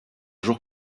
jours